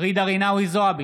ג'ידא רינאוי זועבי,